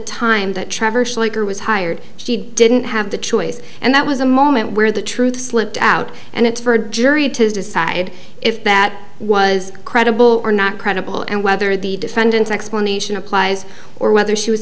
schleicher was hired she didn't have the choice and that was a moment where the truth slipped out and it's for a jury to decide if that was credible or not credible and whether the defendants explanation applies or whether she was